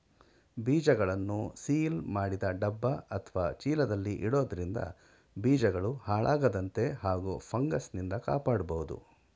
ಬೀಜಗಳನ್ನು ಸೀಲ್ ಮಾಡಿದ ಡಬ್ಬ ಅತ್ವ ಚೀಲದಲ್ಲಿ ಇಡೋದ್ರಿಂದ ಬೀಜಗಳು ಹಾಳಾಗದಂತೆ ಹಾಗೂ ಫಂಗಸ್ನಿಂದ ಕಾಪಾಡ್ಬೋದು